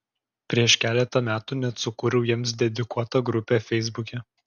prieš keletą metų net sukūriau jiems dedikuotą grupę feisbuke